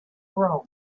rome